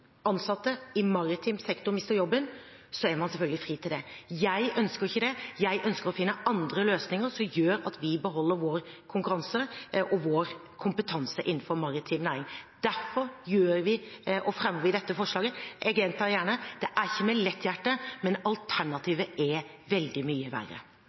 ansatte i maritim sektor mister jobben, er hun selvfølgelig fri til det. Jeg ønsker ikke det. Jeg ønsker å finne andre løsninger, som gjør at vi beholder vår konkurranse og vår kompetanse innenfor maritim næring. Derfor fremmer vi dette forslaget. Jeg gjentar gjerne: Det er ikke med lett hjerte, men alternativet er veldig mye verre.